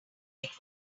locked